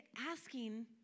Asking